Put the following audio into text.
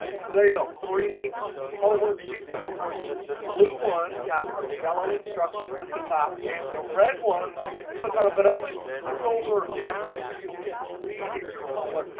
so there you go, three homework sheets. and, of course, the blue ones have the yellow instructions at the top. and the red ones, you can click on them. but only click over after you've completed your homework.